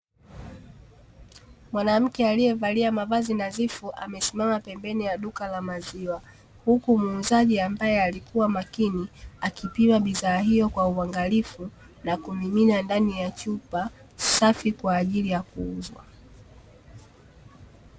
Mwanamke aliyevalia mavazi nadhifu amesimama pembeni ya duka la maziwa, huku muuzaje ambaye aliyekua makini akipima bidhaa hiyo kwa uangalifu, na kumimina ndani ya chupa safi kwaajili ya kuuzwa.